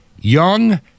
young